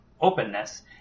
openness